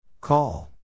Call